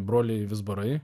broliai vizbarai